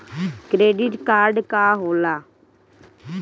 Credit card का होला?